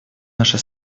наша